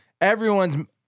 Everyone's